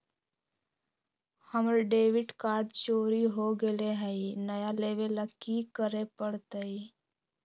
हमर debit card चोरी हो गेले हई, नया लेवे ल की करे पड़तई?